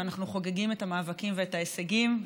ואנחנו חוגגים את המאבקים ואת ההישגים.